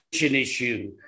issue